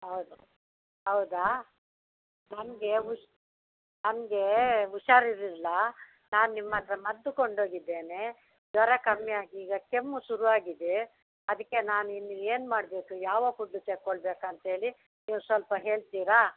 ಹೌದು ಹೌದಾ ನಮಗೆ ಉಷ್ ನಮಗೆ ಹುಷಾರ್ ಇರಲಿಲ್ಲ ನಾನು ನಿಮ್ಮ ಹತ್ರ ಮದ್ದು ಕೊಂಡು ಹೋಗಿದ್ದೇನೆ ಜ್ವರ ಕಮ್ಮಿ ಆಗಿ ಈಗ ಕೆಮ್ಮು ಶುರುವಾಗಿದೆ ಅದಕ್ಕೆ ನಾನು ಇನ್ನು ಏನು ಮಾಡಬೇಕು ಯಾವ ಫುಡ್ ತೆಕೊಳ್ಬೇಕಂತ ಹೇಳಿ ನೀವು ಸ್ವಲ್ಪ ಹೇಳ್ತಿರಾ